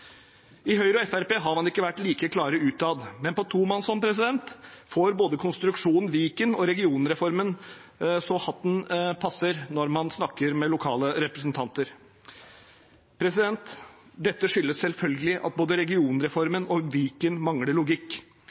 I Høyre og Fremskrittspartiet har de ikke vært like klare utad, men på tomannshånd får både konstruksjonen Viken og regionreformen så hatten passer når man snakker med lokale representanter. Dette skyldes selvfølgelig at både regionreformen og Viken mangler logikk.